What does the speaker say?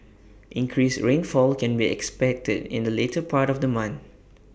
increased rainfall can be expected in the later part of the month